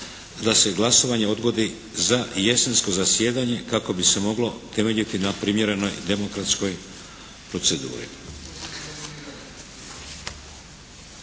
da se glasovanje odgodi za jesensko zasjedanje kako bi se moglo temeljiti na primjerenoj demokratskoj proceduri.